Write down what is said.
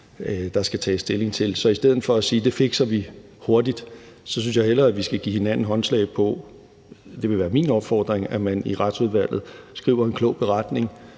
der skal tages stilling til. Så i stedet for at sige, at det fikser vi hurtigt, så synes jeg hellere, at vi skal give hinanden håndslag på – det vil være min opfordring – at man i Retsudvalget skriver en klog beretning,